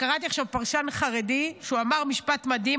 קראתי עכשיו פרשן חרדי שאמר משפט מדהים,